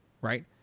right